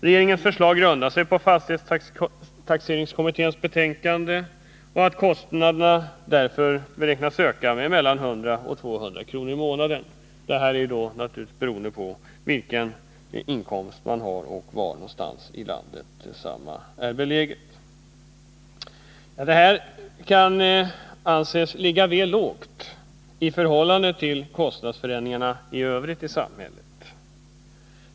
Regeringens förslag grundar sig på fastighetstaxeringskommitténs betänkande och utgår från att kostnaderna kommer att öka med mellan 100 och 200 kr. i månaden, beroende på vilken inkomst man har och var någonstans i landet fastigheten är belägen. Denna kostnadsökning kan anses vara väl låg i förhållande till kostnadsförändringarna ii övrigt i samhället.